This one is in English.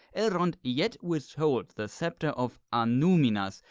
elrond yet withold the sceptre of annuminas,